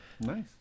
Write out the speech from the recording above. nice